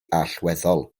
allweddol